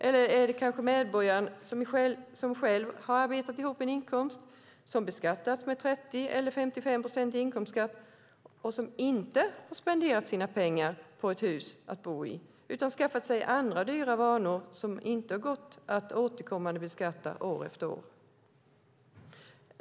Eller är det kanske medborgaren som själv har arbetat ihop en inkomst, som har beskattats med 30 procent eller 55 procent i inkomstskatt och som inte har spenderat sina pengar på ett hus att bo i utan skaffat sig andra dyra vanor som inte har gått att återkommande beskatta år efter år?